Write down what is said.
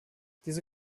diese